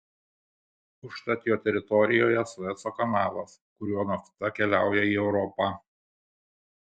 užtat jo teritorijoje sueco kanalas kuriuo nafta keliauja į europą